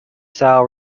style